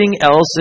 else